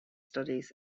studies